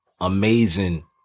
amazing